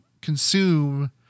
consume